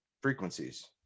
frequencies